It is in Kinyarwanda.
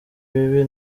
bibi